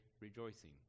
rejoicing